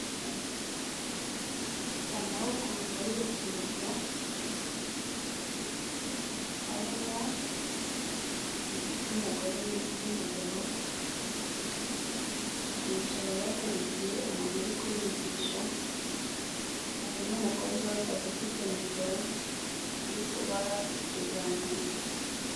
Amahugurwa y'urubyiruko, arimo igitsina gore n'igitsina gabo, bicaye bakurikiye umuntu uri kubigisha, hari n'umukobwa uhagaze ufite mikoro uri kubaha ikiganiro.